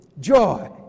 Joy